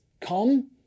come